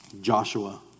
Joshua